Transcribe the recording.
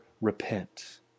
repent